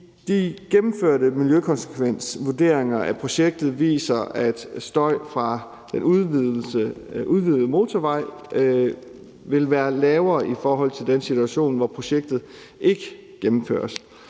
De gennemførte miljøkonsekvensvurderinger af projektet viser, at støj fra en udvidet motorvej vil være lavere i forhold til den situation, hvor projektet ikke gennemføres.